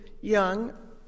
young